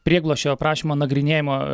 prieglobsčio prašymo nagrinėjimo